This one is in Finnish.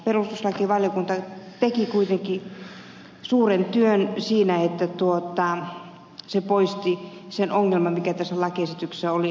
perustuslakivaliokunta teki kuitenkin suuren työn siinä että se poisti sen ongelman mikä tässä lakiesityksessä oli